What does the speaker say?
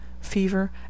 fever